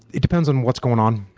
it depends on what's going on.